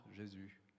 Jésus